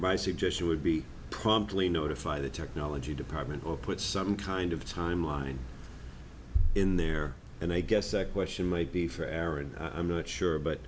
my suggestion would be promptly notify the technology department or put some kind of timeline in there and i guess a question might be fair and i'm not sure but